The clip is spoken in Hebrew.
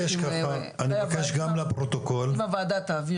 אני מבקש גם לפרוטוקול --- אם הוועדה תעביר